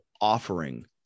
offering